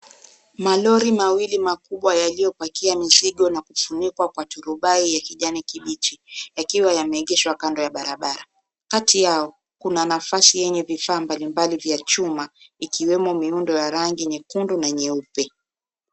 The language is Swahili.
Malori mawili makubwa yaliyopakia mzigo na kufunikwa kwa turubai ya kijani kibichi yakiwa yameengeshwa kando ya barabara. Kati yao kuna nafasi yenye vifaa mbalimbali vya chuma ikiwemo miundo ya rangi nyekundu na nyeupe.